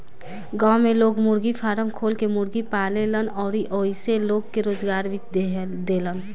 गांव में लोग मुर्गी फारम खोल के मुर्गी पालेलन अउरी ओइसे लोग के रोजगार भी देलन